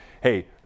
hey